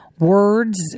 words